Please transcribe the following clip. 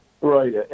Right